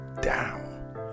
down